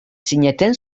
zineten